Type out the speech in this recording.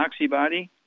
OxyBody